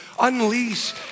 unleash